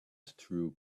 through